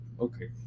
Okay